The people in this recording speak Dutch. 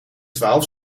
twaalf